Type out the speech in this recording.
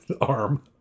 arm